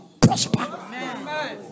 Prosper